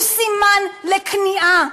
הוא סימן לכניעה.